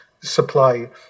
supply